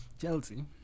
Chelsea